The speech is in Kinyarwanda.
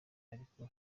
ariko